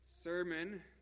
sermon